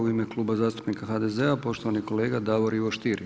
U ime Kluba zastupnika HDZ-a poštovani kolega Davor Ivo Stier.